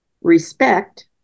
respect